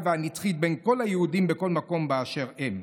והנצחית בין כל היהודים בכל מקום באשר הם".